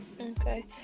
Okay